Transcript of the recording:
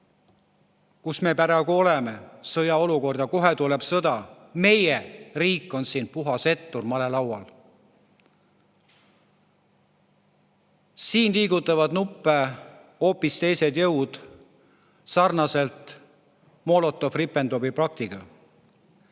kus me praegu oleme – sõjaolukord ja kohe tuleb sõda –, meie riik on puhas ettur malelaual. Siin liigutavad nuppe hoopis teised jõud sarnaselt Molotovi-Ribbentropi paktiga.